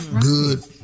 good